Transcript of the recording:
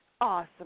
Awesome